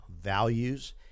values